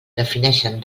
defineixen